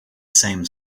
same